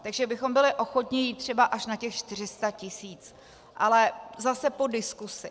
Takže bychom byli ochotni jít třeba až na těch 400 tisíc, ale zase po diskusi.